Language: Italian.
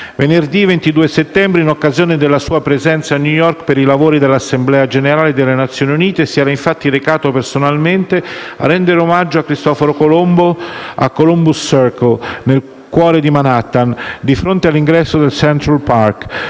Venerdì 22 settembre, in occasione della sua presenza a New York per i lavori dell'Assemblea generale delle Nazioni Unite, si era infatti recato personalmente a rendere omaggio a Cristoforo Colombo a Columbus Circle, nel cuore di Manhattan, di fronte all'ingresso del Central Park,